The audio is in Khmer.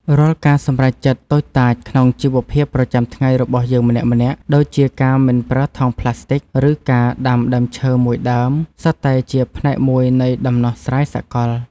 រាល់ការសម្រេចចិត្តតូចតាចក្នុងជីវភាពប្រចាំថ្ងៃរបស់យើងម្នាក់ៗ ដូចជាការមិនប្រើថង់ប្លាស្ទិក ឬការដាំដើមឈើមួយដើម សុទ្ធតែជាផ្នែកមួយនៃដំណោះស្រាយសកល។